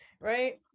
right